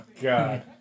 God